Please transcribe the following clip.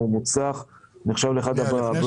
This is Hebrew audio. הוא מוצלח ונחשב לאחד הפרויקטים הטובים.